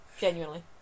Genuinely